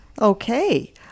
Okay